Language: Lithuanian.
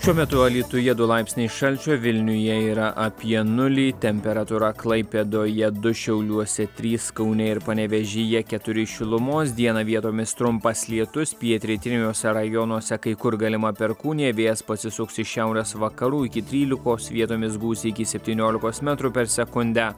šiuo metu alytuje du laipsniai šalčio vilniuje yra apie nulį temperatūra klaipėdoje du šiauliuose trys kaune ir panevėžyje keturi šilumos dieną vietomis trumpas lietus pietrytiniuose rajonuose kai kur galima perkūnija vėjas pasisuks iš šiaurės vakarų iki trylikos vietomis gūsiai iki septyniolikos metrų per sekundę